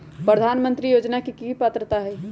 प्रधानमंत्री योजना के की की पात्रता है?